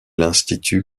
institue